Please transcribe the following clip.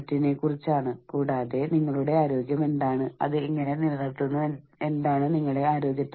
Robbins judge Vohra Robbins Judge Vohra Gomez Mejia Balkin Cardy Gomez Mejia Balkin Cardy ഇവരുടെ പുസ്തകവും